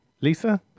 Lisa